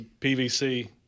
PVC